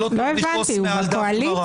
לא ראוי לכעוס מעל גמרא.